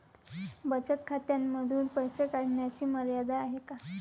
बचत खात्यांमधून पैसे काढण्याची मर्यादा आहे का?